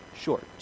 Short